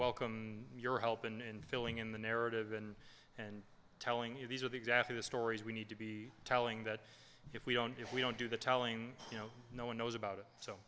welcome your help and filling in the narrative and and telling you these are the exactly the stories we need to be telling that if we don't if we don't do the telling you know no one knows about it so